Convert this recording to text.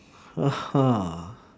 ah ha